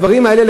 הדברים האלה,